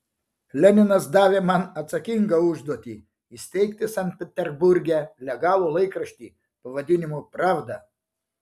leninas davė man atsakingą užduotį įsteigti sankt peterburge legalų laikraštį pavadinimu pravda